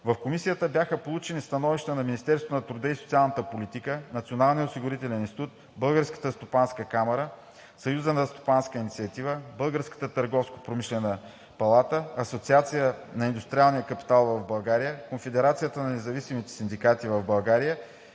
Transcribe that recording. В Комисията бяха получени становищата на Министерството на труда и социалната политика, Националния осигурителен институт, Българската стопанска камара, Съюза за стопанска инициатива, Българската търговско-промишлена палата, Асоциацията на индустриалния капитал в България, Конфедерацията на независимите синдикати в България